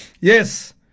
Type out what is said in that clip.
Yes